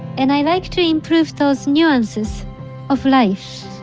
and i like to improve those nuances of life